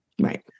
Right